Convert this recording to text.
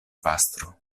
pastro